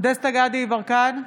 דסטה גדי יברקן,